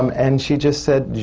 um and she just said,